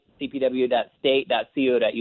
cpw.state.co.us